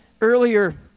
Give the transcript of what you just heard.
earlier